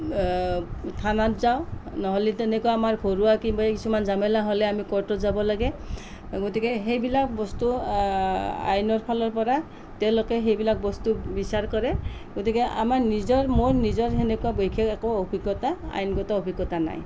থানাত যাওঁ নহ'লে তেনেকুৱা আমাৰ ঘৰুৱা কিবা কিছুমান ঝামেলা হ'লে আমি কোৰ্টত যাব লাগে গতিকে সেইবিলাক বস্তু আইনৰ ফালৰ পৰা তেওঁলোকে সেইবিলাক বস্তু বিচাৰ কৰে গতিকে আমাৰ নিজৰ মোৰ নিজৰ সেনেকুৱা বিশেষ একো অভিজ্ঞতা আইনগত অভিজ্ঞতা নাই